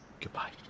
goodbye